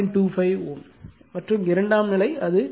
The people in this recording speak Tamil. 25 Ω மற்றும் இரண்டாம் நிலை அது 0